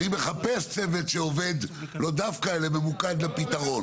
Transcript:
אני מחפש צוות שעובד, לא דווקא אלא ממוקד לפתרון.